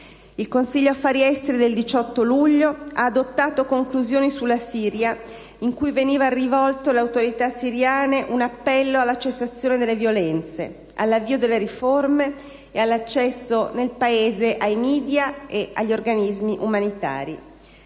Il Consiglio affari esteri del 18 luglio ha adottato il documento "Conclusioni sulla Siria", in cui veniva rivolto alle autorità siriane un appello alla cessazione delle violenze, all'avvio delle riforme e all'accesso nel Paese di *media* ed organismi umanitari.